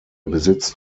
besitzt